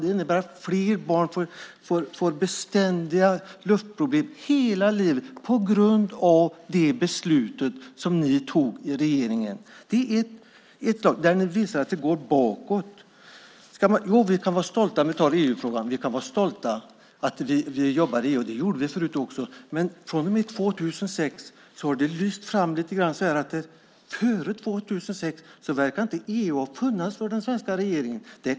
Det innebär att fler barn får bestående luftrörsproblem hela livet på grund av det beslut som regeringen fattade. Det är ett exempel där det går bakåt. Jo, vi kan vara stolta över att vi jobbar i EU, och det gjorde vi förut också. Men från och med 2006 har det lyst fram lite grann att EU inte verkar ha funnits för den svenska regeringen före 2006.